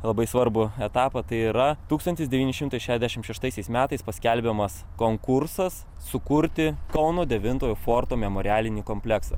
labai svarbų etapą tai yra tūkstantis devyni šimtai šešiasdešim šeštaisiais metais paskelbiamas konkursas sukurti kauno devintojo forto memorialinį kompleksą